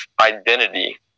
identity